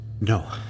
No